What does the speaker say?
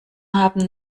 haben